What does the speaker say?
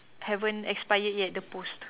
haven't expire yet the post